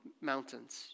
mountains